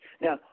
Now